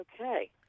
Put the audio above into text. Okay